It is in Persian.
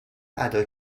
ادا